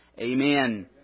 Amen